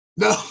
No